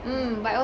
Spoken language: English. mm